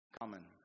common